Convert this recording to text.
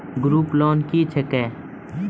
Group loan क्या है?